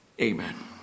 Amen